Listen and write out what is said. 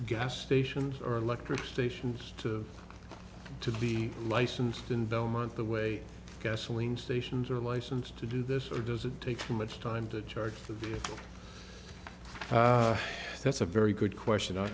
gas stations or electric stations to to be licensed in belmont the way gasoline stations are licensed to do this or does it take too much time to charge the vehicle that's a very good question